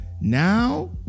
now